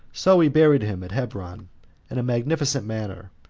so he buried him at hebron in a magnificent manner,